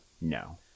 no